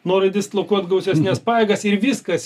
nori dislokuoti gausesnes pajėgas ir viskas